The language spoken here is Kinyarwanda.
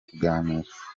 kuganira